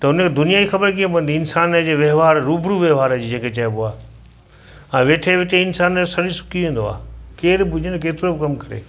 त हुन खे दुनिया जी ख़बरु कीअं पवंदी इंसान जे वहिंवारु रुबरु वहिंवार जी जेके चइबो आहे हा वेठे वेठे इंसान जो शरीरु सुकी वेंदो आहे केर बि हुजे न केतिरो बि कमु करे